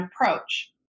approach